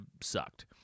sucked